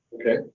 Okay